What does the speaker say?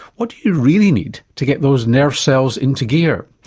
what do you really need to get those nerve cells into gear?